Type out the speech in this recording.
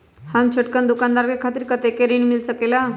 हम छोटकन दुकानदार के खातीर कतेक ऋण मिल सकेला?